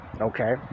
Okay